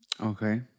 okay